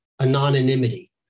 anonymity